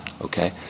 okay